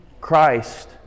Christ